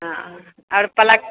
हँ आर पलक